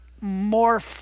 more